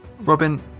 Robin